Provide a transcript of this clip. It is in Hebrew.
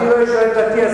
אני לא אשאל את אטיאס,